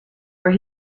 were